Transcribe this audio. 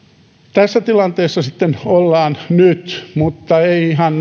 tässä tilanteessa sitten ollaan nyt mutta ei ihan